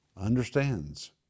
understands